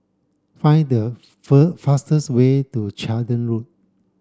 find the fastest way to Charlton Road